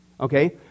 okay